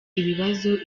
ibibazo